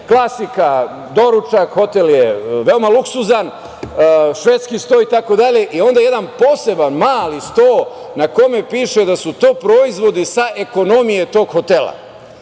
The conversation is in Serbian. klasika, doručak, hotel je veoma luksuzan, švedski sto i onda jedan poseban mali sto na kome piše da su to proizvodi sa ekonomije tog hotela.